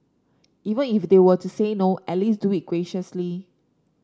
even if they were to say no at least do it graciously